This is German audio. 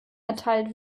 erteilt